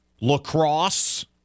Lacrosse